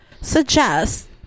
suggest